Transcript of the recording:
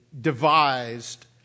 devised